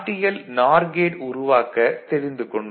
L NOR gate உருவாக்க தெரிந்து கொண்டோம்